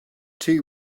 too